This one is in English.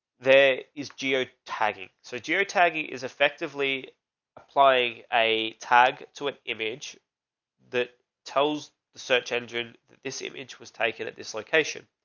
there is geo-tagging. so do your taggy is effectively applying a tag to an image that tells the search engine that this image was taken at this location.